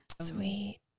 Sweet